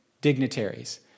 dignitaries